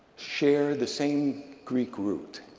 share the same greek root,